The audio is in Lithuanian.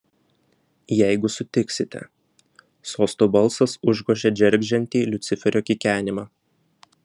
jeigu sutiksite sosto balsas užgožė džeržgiantį liuciferio kikenimą